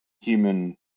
human